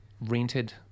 rented